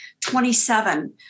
27